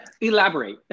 Elaborate